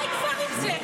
די כבר עם זה.